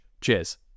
Cheers